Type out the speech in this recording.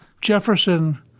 Jefferson